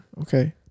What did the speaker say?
okay